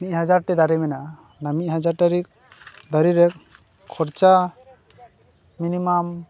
ᱢᱤᱫ ᱦᱟᱡᱟᱨ ᱴᱤ ᱫᱟᱨᱮ ᱢᱮᱱᱟᱜᱼᱟ ᱚᱱᱟ ᱢᱤᱫ ᱦᱟᱡᱟᱨ ᱴᱤ ᱫᱟᱨᱮ ᱨᱮ ᱠᱷᱚᱨᱪᱟ ᱢᱤᱱᱤᱢᱟᱢ